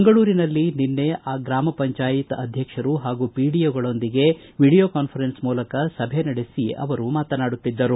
ಮಂಗಳೂರಿನಲ್ಲಿ ನಿನ್ನ ಜೆಲ್ಲಾ ಆಯ್ದ ಗ್ರಾಮ ಪಂಚಾಯತ್ ಅಧ್ವಕ್ಷರು ಹಾಗೂ ಪಿಡಿಓ ಗಳೊಂದಿಗೆ ವಿಡಿಯೋ ಕಾನ್ಫರೆನ್ಸ್ ಮೂಲಕ ಸಭೆ ನಡೆಸಿ ಅವರು ಮಾತನಾಡುತ್ತಿದ್ದರು